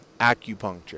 acupuncture